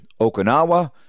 Okinawa